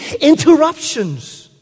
interruptions